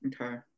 Okay